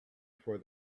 for